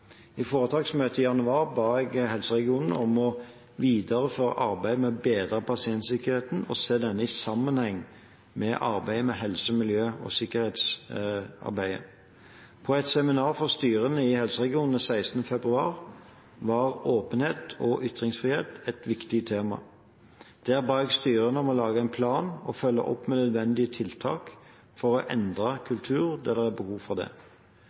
I foretaksmøtet i januar ba jeg helseregionene om å videreføre arbeidet med å bedre pasientsikkerheten og se denne i sammenheng med helse-, miljø- og sikkerhetsarbeidet. På et seminar for styrene i helseregionene 16. februar var åpenhet og ytringsfrihet et viktig tema. Der ba jeg styrene om å lage en plan og følge opp med nødvendige tiltak for å endre kultur der det er behov for det.